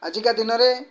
ଆଜିକା ଦିନରେ